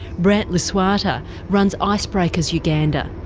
brant luswata runs icebreakers uganda,